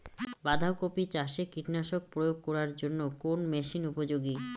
বাঁধা কপি চাষে কীটনাশক প্রয়োগ করার জন্য কোন মেশিন উপযোগী?